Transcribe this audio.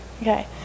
Okay